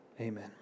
Amen